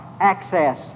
access